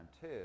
two